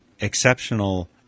exceptional